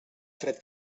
fred